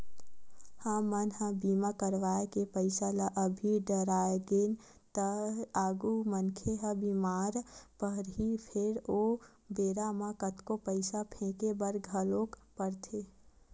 हमन ह बीमा करवाय के पईसा ल अभी डरागेन त आगु मनखे ह बीमार परही फेर ओ बेरा म कतको पईसा फेके बर घलोक परथे